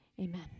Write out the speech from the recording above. amen